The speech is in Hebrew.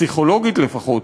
פסיכולוגית לפחות,